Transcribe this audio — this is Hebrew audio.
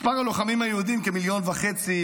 מספר הלוחמים היהודים הוא כמיליון וחצי,